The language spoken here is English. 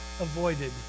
avoided